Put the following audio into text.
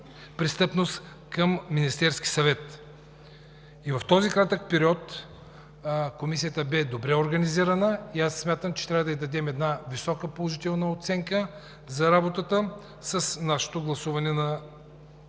престъпност към Министерския съвет. В този кратък период Комисията бе добре организирана. Смятам, че трябва да ѝ дадем висока положителна оценка за работата с нашето гласуване на днешното